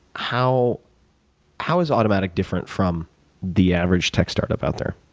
how how is automattic different from the average tech startup out there?